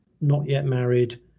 not-yet-married